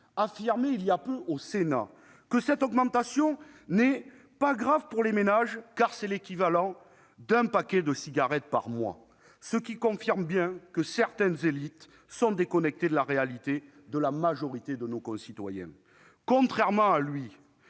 affirmait il y a peu au Sénat que cette augmentation « n'est pas grave pour les ménages, car c'est l'équivalent d'un paquet de cigarettes par mois », ce qui confirme bien que certaines élites sont déconnectées de la réalité vécue par la majorité de nos concitoyens. Quel mépris